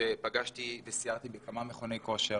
שסיירתי בכמה מכוני כושר